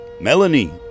Melanie